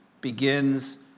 begins